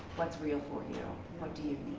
what's real for you? what do you